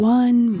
one